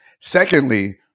Secondly